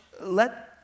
let